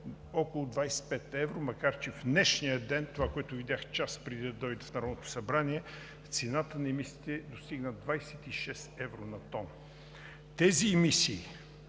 около 25 евро. Макар че в днешния ден – това, което видях час преди да дойда в Народното събрание – цената на емисиите достигна 26 евро на тон. Тези емисии